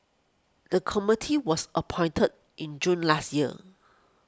the committee was appointed in June last year